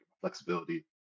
flexibility